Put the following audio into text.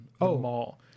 mall